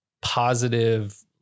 positive